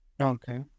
Okay